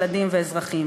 ילדים ואזרחים,